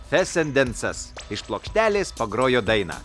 fesendencas iš plokštelės pagrojo dainą